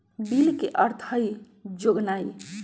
bill के अर्थ हइ जोगनाइ